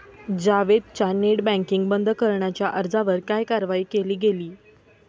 जावेदच्या net banking बंद करण्याच्या अर्जावर काय कारवाई केली गेली?